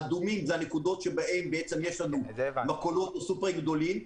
האדומות זה המקומות שבהם יש מכולות או סופרמרקטים גדולים.